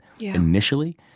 initially